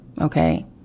Okay